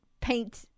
paint